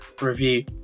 review